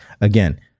again